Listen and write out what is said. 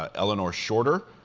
ah eleanor shorter,